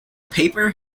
paper